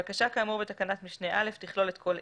" בקשה כאמור בתקנת משנה (א) תכלול את כל אלה: